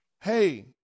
Hey